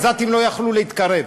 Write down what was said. והעזתים לא יכלו להתקרב.